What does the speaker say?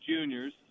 Juniors